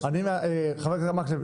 חבר הכנסת מקלב,